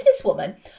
businesswoman